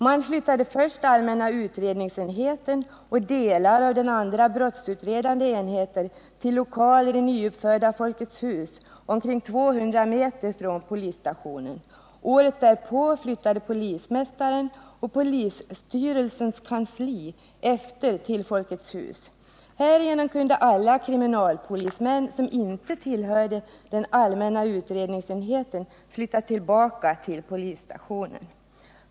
Man flyttade först allmänna utredningsenheten och delar av den andra brottsutredande enheten till lokaler i nyuppförda Folkets hus omkring 200 m från polisstationen. Året därpå flyttade polismästaren och polisstyrelsens kansli efter till Folkets hus. Härigenom kunde alla kriminalpolismän som inte tillhörde den allmänna utredningsenheten flytta tillbaka till polisstationen.